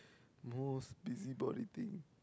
most busybody thing